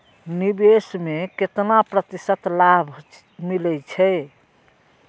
निवेश में केतना प्रतिशत लाभ मिले छै?